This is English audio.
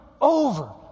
over